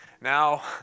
Now